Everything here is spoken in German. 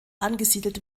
angesiedelt